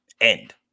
End